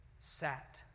sat